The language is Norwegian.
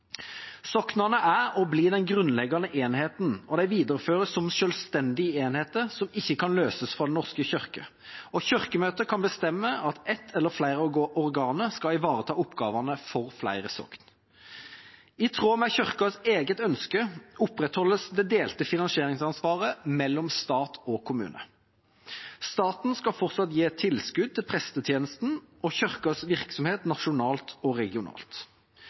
Soknene er og blir de grunnleggende enhetene, og de videreføres som selvstendige enheter som ikke kan løses fra Den norske kirke. Kirkemøtet kan bestemme at ett eller flere organer skal ivareta oppgavene for flere sokn. I tråd med Kirkens eget ønske opprettholdes det delte finansieringsansvaret mellom stat og kommune. Staten skal fortsatt gi et tilskudd til prestetjenesten og Kirkens virksomhet nasjonalt og regionalt.